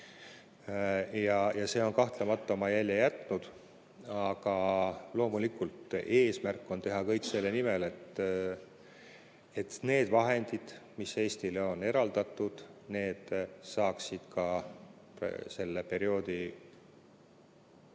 ja see on kahtlemata oma jälje jätnud. Aga loomulikult, eesmärk on teha kõik selle nimel, et need vahendid, mis Eestile on eraldatud, saaksid mitte perioodi lõpuks,